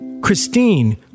Christine